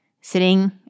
sitting